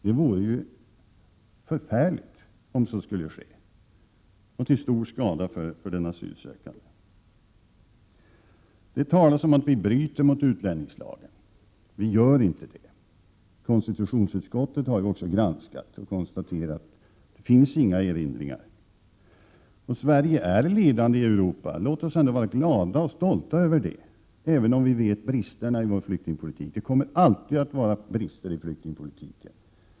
Det vore ju förfärligt om så skulle ske, och till stor skada för den asylsökande. Det talas om att vi bryter mot utlänningslagen. Det gör vi inte. Konstitu tionsutskottet har granskat detta och konstaterat att det inte finns anledning att göra några erinringar. Sverige är ledande i Europa på detta område. Låt oss vara glada och stolta över det, även om vi känner till bristerna i vår flyktingpolitik. Det kommer alltid att finnas brister i flyktingpolitiken.